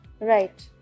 Right